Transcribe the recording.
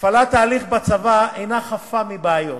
הפעלת ההליך בצבא אינה חפה מבעיות,